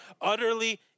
utterly